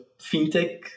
fintech